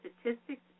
statistics